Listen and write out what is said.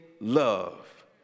love